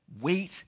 wait